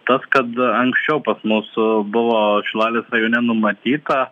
tas kad anksčiau pas mus buvo šilalės rajone numatyta